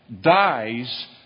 dies